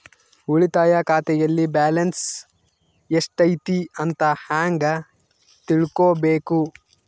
ಉಳಿತಾಯ ಖಾತೆಯಲ್ಲಿ ಬ್ಯಾಲೆನ್ಸ್ ಎಷ್ಟೈತಿ ಅಂತ ಹೆಂಗ ತಿಳ್ಕೊಬೇಕು?